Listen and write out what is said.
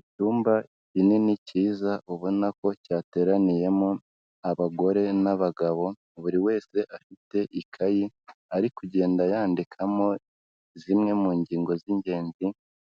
Icyumba kinini kiza ubona ko cyateraniyemo abagore n'abagabo buri wese afite ikayi ari kugenda yandikamo zimwe mu ngingo z'ingenzi